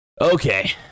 Okay